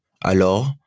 Alors